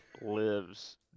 lives